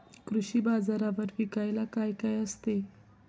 कृषी बाजारावर विकायला काय काय असते?